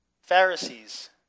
Pharisees